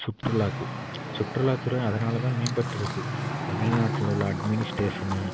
சுற்றுலாக்கு சுற்றுலாத் துறை அதனால்தான் மேம்பட்டிருக்கு தமிழ்நாட்டில் உள்ள அட்மினிஸ்டேஷனு